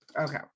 Okay